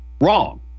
wrong